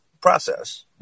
process